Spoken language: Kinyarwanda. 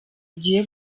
ugiye